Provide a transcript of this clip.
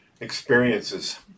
experiences